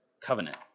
covenant